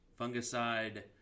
fungicide